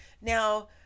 Now